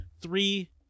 three